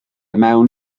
mewn